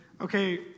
okay